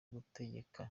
gutegeka